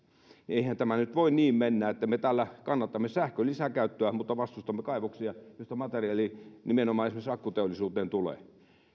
eihän tämä nyt voi niin mennä että me täällä kannatamme sähkön lisäkäyttöä mutta vastustamme kaivoksia joista materiaali nimenomaan esimerkiksi akkuteollisuuteen tulee